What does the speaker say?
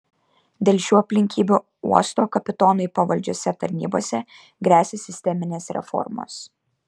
dėl šių aplinkybių uosto kapitonui pavaldžiose tarnybose gresia sisteminės reformos